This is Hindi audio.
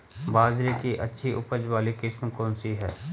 बाजरे की अच्छी उपज वाली किस्म कौनसी है?